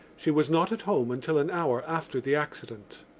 she was not at home until an hour after the accident.